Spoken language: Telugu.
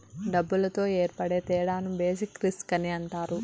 డబ్బులతో ఏర్పడే తేడాను బేసిక్ రిస్క్ అని అంటారు